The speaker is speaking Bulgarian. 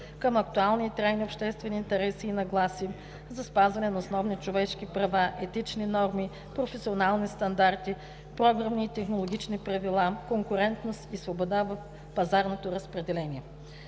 към актуални и трайни обществени интереси и нагласи, за спазване на основни човешки права, етични норми, професионални стандарти, програмни и технологични правила, конкурентност и свобода в пазарното разпределение;